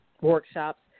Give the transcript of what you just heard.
workshops